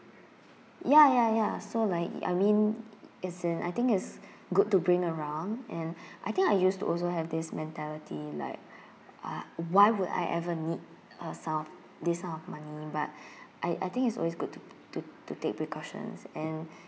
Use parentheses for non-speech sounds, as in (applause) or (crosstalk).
ya ya ya so like I mean as in I think is good to bring around and (breath) I think I used to also have this mentality like (breath) ah why would I ever need a sum this sum of money but (breath) I I think it's always good to to to take precautions and